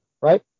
Right